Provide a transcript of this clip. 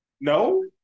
no